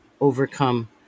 overcome